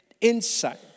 insight